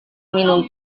minum